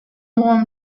warm